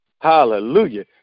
Hallelujah